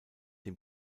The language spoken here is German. dem